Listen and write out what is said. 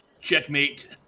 checkmate